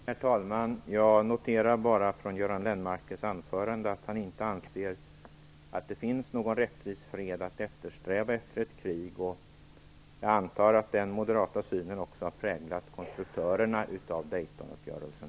Herr talman! Jag noterar bara från Göran Lennmarkers anförande att han inte anser att det finns någon rättvis fred att eftersträva efter ett krig. Jag antar att den moderata synen också har präglat konstruktörerna av Daytonuppgörelsen.